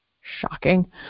shocking